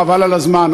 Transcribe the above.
חבל על הזמן.